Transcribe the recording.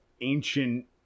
ancient